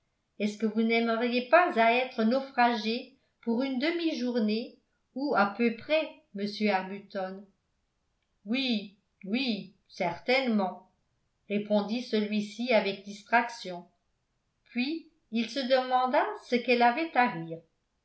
est-ce que vous n'aimeriez pas à être naufragé pour une demi-journée ou à peu près monsieur arbuton oui oui certainement répondit celui-ci avec distraction puis il se demanda ce qu'elle avait à rire